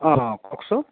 কওকচোন